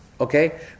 Okay